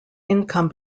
income